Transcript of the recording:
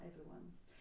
everyone's